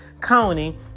county